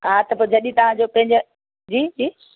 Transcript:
हा त पोइ जॾहिं तव्हांजो पंहिंजे जी जी